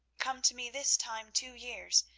come to me this time two years,